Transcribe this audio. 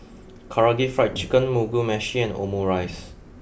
Karaage Fried Chicken Mugi Meshi and Omurice